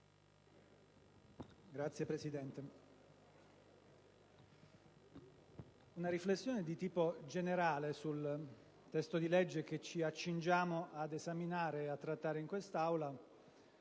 Signor Presidente, una riflessione di tipo generale sul testo di legge che ci accingiamo ad esaminare e a trattare in quest'Aula